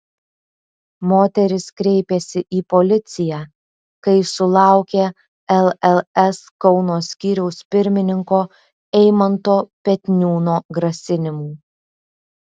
moteris kreipėsi į policiją kai sulaukė lls kauno skyriaus pirmininko eimanto petniūno grasinimų